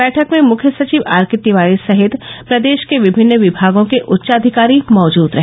बैठक में मुख्य सचिव आरके तिवारी सहित प्रदेश के विभिन्न विभागों के उच्चाधिकारी मौजूद रहे